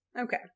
Okay